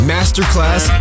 Masterclass